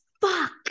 fuck